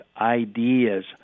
ideas